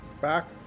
Back